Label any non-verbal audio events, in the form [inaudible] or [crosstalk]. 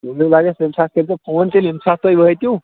[unintelligible] لَگَس تَمہِ ساتہٕ کٔرۍزیو فون تیٚلہِ ییٚمہِ ساتہٕ تُہۍ وٲتِو